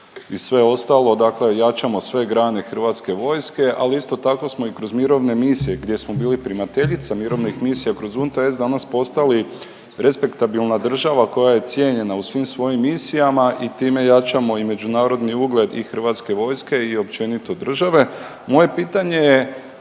i sve ostalo dakle jačamo sve grane hrvatske vojske, al isto tako smo i kroz mirovne misije gdje smo bili primateljica mirovnih misija kroz UNTAES danas postali respektabilna država koja je cijenjena u svim svojim misijama i time jačamo i međunarodni ugled i hrvatske vojske i općenito države. Moje pitanje je